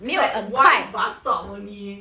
is like one bus stop only